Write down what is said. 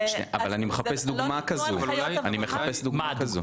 אבל אני מחפש דוגמה כזו.